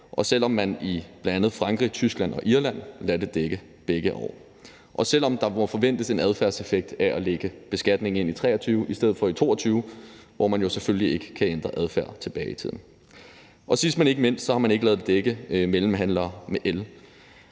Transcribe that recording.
selv om man bl.a. i Frankrig, Tyskland og Irland lader det dække begge år, og selv om der må forventes en adfærdseffekt af at lægge beskatningen ind i 2023 stedet for i 2022, hvor man jo selvfølgelig ikke kan ændre adfærd tilbage i tiden. Sidst, men ikke mindst, har man ikke ladet det dække mellemhandlere med el.